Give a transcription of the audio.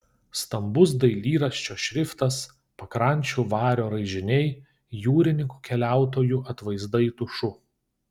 stambus dailyraščio šriftas pakrančių vario raižiniai jūrininkų keliautojų atvaizdai tušu